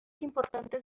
importantes